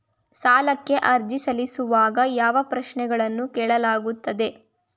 ಸಾಲಕ್ಕೆ ಅರ್ಜಿ ಸಲ್ಲಿಸುವಾಗ ಯಾವ ಪ್ರಶ್ನೆಗಳನ್ನು ಕೇಳಲಾಗುತ್ತದೆ?